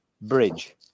bridge